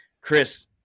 Chris